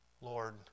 Lord